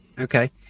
Okay